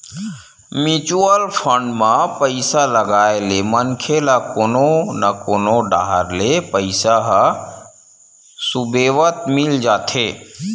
mutual fund म पइसा लगाए ले मनखे ल कोनो न कोनो डाहर ले पइसा ह सुबेवत मिल जाथे